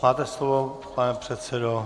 Máte slovo, pane předsedo.